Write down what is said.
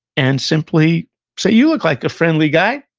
and simply say, you look like a friendly guy,